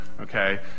okay